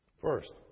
First